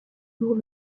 jours